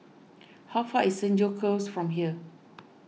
how far is Senja Close from here